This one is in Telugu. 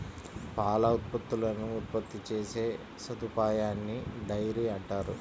పాల ఉత్పత్తులను ఉత్పత్తి చేసే సదుపాయాన్నిడైరీ అంటారు